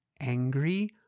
angry